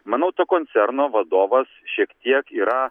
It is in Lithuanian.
manau to koncerno vadovas šiek tiek yra